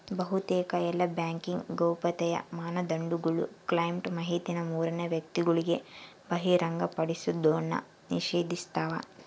ಬಹುತೇಕ ಎಲ್ಲಾ ಬ್ಯಾಂಕಿಂಗ್ ಗೌಪ್ಯತೆಯ ಮಾನದಂಡಗುಳು ಕ್ಲೈಂಟ್ ಮಾಹಿತಿನ ಮೂರನೇ ವ್ಯಕ್ತಿಗುಳಿಗೆ ಬಹಿರಂಗಪಡಿಸೋದ್ನ ನಿಷೇಧಿಸ್ತವ